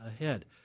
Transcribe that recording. ahead